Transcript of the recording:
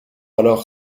alors